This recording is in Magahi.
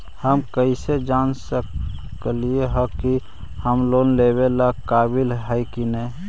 हम कईसे जान सक ही की हम लोन लेवेला काबिल ही की ना?